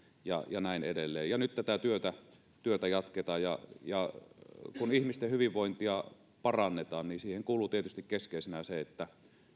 ja ja näin edelleen ja nyt tätä työtä työtä jatketaan kun ihmisten hyvinvointia parannetaan niin siihen kuuluu tietysti keskeisenä se että